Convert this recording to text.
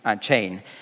chain